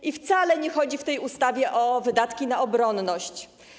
I wcale nie chodzi w tej ustawie o wydatki na obronność.